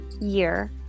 year